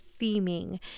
theming